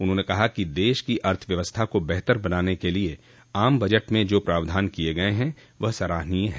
उन्होंने कहा कि देश की अर्थव्यवस्था को बेहतर बनाने के लिए आम बजट में जो प्रावधान किये गये हैं वह सराहनीय ह